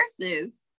versus